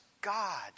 God